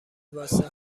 واسه